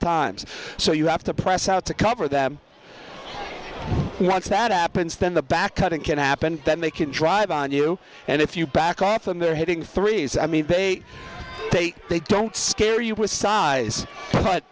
times so you have to press out to cover them and once that happens then the back cutting can happen then they can drive on you and if you back off and they're hitting three s i mean they take they don't scare you with size cut